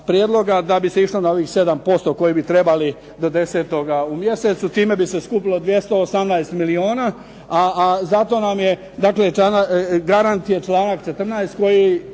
da bi se išlo na ovih 7% koje bi trebali do 10. u mjesecu. Time bi se skupilo 218 milijona, a zato nam je, dakle garant je članak 14. koji